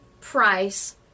price